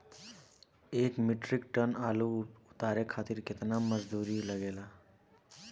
एक metric tonne आलू उतारे खातिर केतना मजदूरी लागेला?